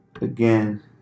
Again